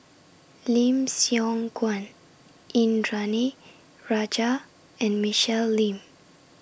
Lim Siong Guan Indranee Rajah and Michelle Lim